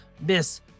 Miss